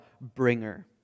bringer